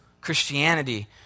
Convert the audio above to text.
Christianity